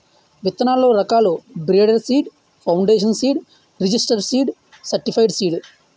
విత్తనాల్లో రకాలు breeder seed, foundation seed, registered seed, certified seed